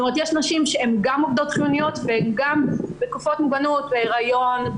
כלומר יש נשים שהן גם עובדות חיוניות והן גם בתקופות מוגנות בהיריון,